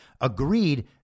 agreed